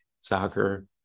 soccer